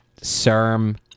Serm